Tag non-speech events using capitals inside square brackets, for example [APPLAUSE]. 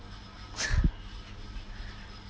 [LAUGHS]